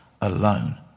alone